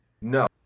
No